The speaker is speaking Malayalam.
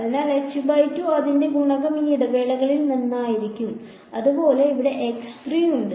അതിനാൽ അതിന്റെ ഗുണകം ഈ ഇടവേളയിൽ നിന്നായിരിക്കും അതുപോലെ ഇവിടെ ഉണ്ട്